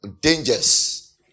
dangers